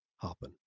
happen